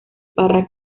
parra